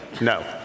No